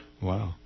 wow